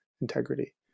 integrity